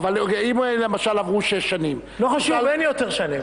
אין יותר שנים,